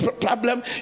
problem